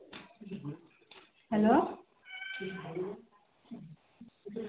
hello